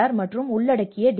R மற்றும் உள்ளடக்கிய D